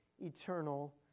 eternal